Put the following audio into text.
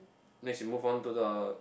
next we move on to the